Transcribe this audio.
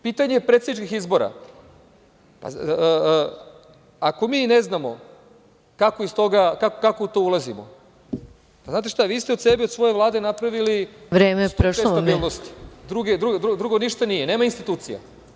Pitanje predsedničkih izbora, ako mi ne znamo kako u to ulazimo, znate šta, vi ste od sebe i svoje Vlade napravili splet nestabilnosti, drugo ništa nije, nema institucije.